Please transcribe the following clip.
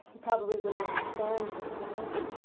probably wouldn't understand, being homeless.